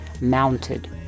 mounted